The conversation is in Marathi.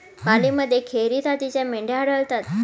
पालीमध्ये खेरी जातीच्या मेंढ्या आढळतात